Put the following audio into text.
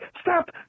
stop